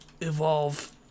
evolve